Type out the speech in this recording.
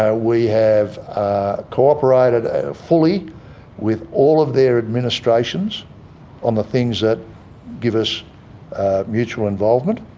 ah we have ah cooperated ah fully with all of their administrations on the things that give us mutual involvement,